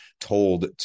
told